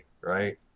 right